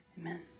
Amen